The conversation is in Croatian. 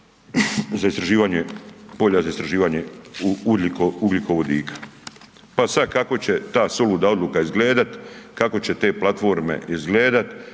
za istraživanje, polja za istraživanje ugljikovodika. Pa sad kako će ta suluda odluka izgledat, kako će te platforme izgledat,